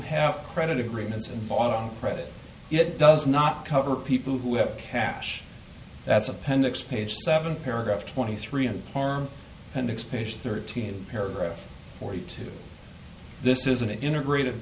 have credit agreements and bought on credit it does not cover people who have cash that's appendix page seven paragraph twenty three an arm and expansion thirteen paragraph forty two this is an integrated